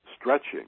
stretching